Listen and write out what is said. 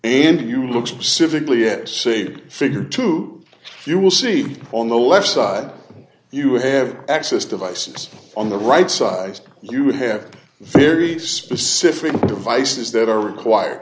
and you look specifically at save figure two you will see on the left side you have access devices on the right size you would have very specific devices that are required